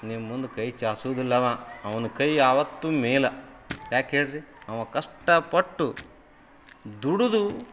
ನಿಮ್ಮ ಮುಂದೆ ಕೈ ಚಾಚೋದಿಲ್ಲ ಅವ ಅವ್ನ ಕೈ ಯಾವತ್ತೂ ಮೇಲೇ ಯಾಕೆ ಹೇಳ್ರಿ ಅವ ಕಷ್ಟಪಟ್ಟು ದುಡಿದು